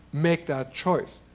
make that choice.